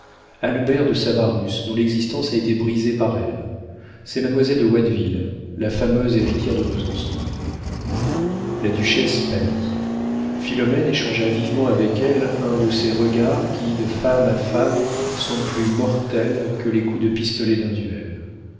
albert de savarus dont l'existence a été brisée par elle c'est mademoiselle de watteville la fameuse héritière de besançon la duchesse pâlit philomène échangea vivement avec elle un de ces regards qui de femme à femme sont plus mortels que les coups de pistolet d'un duel